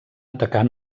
atacar